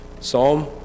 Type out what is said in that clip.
psalm